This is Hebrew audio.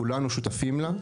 כולנו שותפים לה,